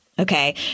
okay